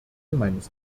meines